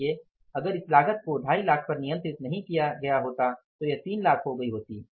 इसलिए अगर इस लागत को 25 पर नियंत्रित नहीं किया गया होता तो यह 3 लाख हो गई होती